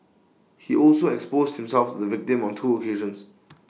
he also exposed himself to the victim on two occasions